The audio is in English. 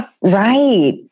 Right